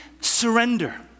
surrender